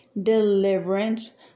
deliverance